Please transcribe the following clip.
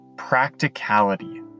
practicality